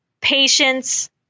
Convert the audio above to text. Patience